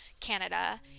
Canada